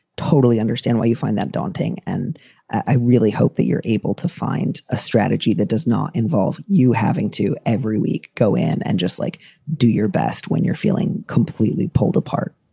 totally understand why you find that daunting. and i really hope that you're able to find a strategy that does not involve you having to every week go in and just like do your best when you're feeling completely pulled apart